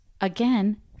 again